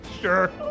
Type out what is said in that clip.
Sure